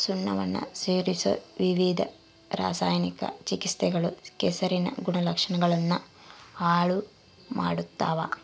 ಸುಣ್ಣವನ್ನ ಸೇರಿಸೊ ವಿವಿಧ ರಾಸಾಯನಿಕ ಚಿಕಿತ್ಸೆಗಳು ಕೆಸರಿನ ಗುಣಲಕ್ಷಣಗುಳ್ನ ಹಾಳು ಮಾಡ್ತವ